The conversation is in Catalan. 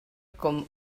com